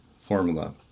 formula